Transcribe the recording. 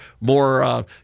more